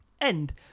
End